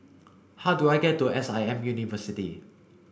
how do I get to S I M University